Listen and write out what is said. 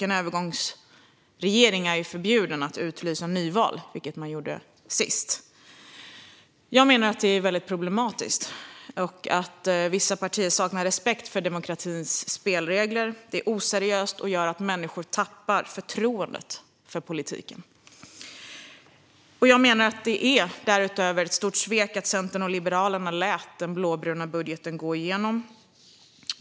En övergångsregering är förbjuden att utlysa nyval, vilket man gjorde sist. Jag menar att detta är problematiskt och att vissa partier saknar respekt för demokratins spelregler. Det är oseriöst och gör att människor tappar förtroendet för politiken. Det är därutöver ett stort svek att Centerpartiet och Liberalerna lät den blåbruna budgeten gå igenom.